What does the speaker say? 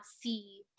see